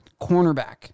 cornerback